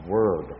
Word